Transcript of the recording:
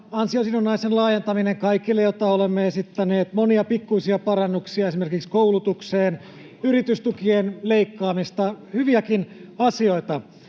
ansiosidonnaisen laajentaminen kaikille, jota olemme esittäneet, [Timo Heinonen: Marin vastustaa sitä!] monia pikkuisia parannuksia esimerkiksi koulutukseen, yritystukien leikkaamista, hyviäkin asioita.